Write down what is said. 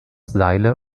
seile